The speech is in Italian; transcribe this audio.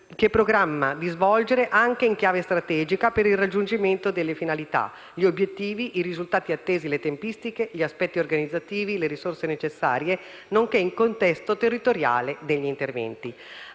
che programma di svolgere, anche in chiave strategica, per il raggiungimento delle finalità, gli obiettivi, i risultati attesi, le tempistiche, gli aspetti organizzativi, le risorse necessarie, nonché il contesto territoriale degli interventi.